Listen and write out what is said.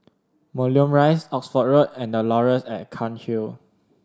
Moulmein Rise Oxford Road and The Laurels at Cairnhill